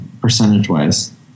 percentage-wise